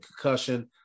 concussion